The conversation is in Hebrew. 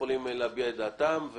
שיכולים להביע את דעתם.